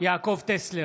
יעקב טסלר,